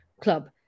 Club